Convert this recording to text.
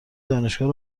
دانشگاه